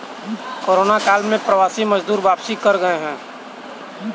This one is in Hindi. कोरोना काल में प्रवासी मजदूर वापसी कर गए